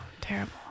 terrible